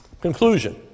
Conclusion